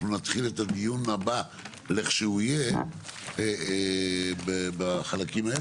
אנחנו נתחיל את הדיון הבא לכשהוא יהיה בחלקים האלה.